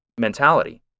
mentality